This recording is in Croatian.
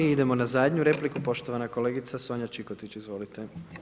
I idemo na zadnju repliku, poštovana kolegica Sonja Čikotić, izvolite.